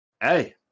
hey